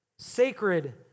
sacred